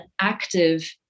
active